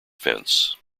fence